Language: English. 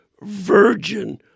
virgin